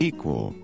Equal